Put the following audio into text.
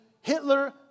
Hitler